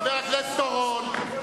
חבר הכנסת אורון.